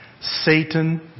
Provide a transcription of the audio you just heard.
Satan